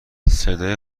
صدای